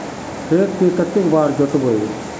खेत के कते बार जोतबे?